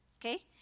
Okay